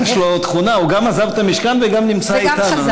יש לו עוד תכונה: הוא גם עזב את המשכן וגם נמצא איתנו.